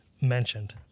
mentioned